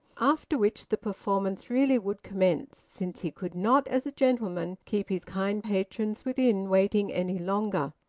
after which the performance really would commence, since he could not as a gentleman keep his kind patrons within waiting any longer.